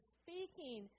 speaking